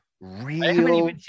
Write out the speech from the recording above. Real